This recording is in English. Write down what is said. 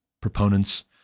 proponents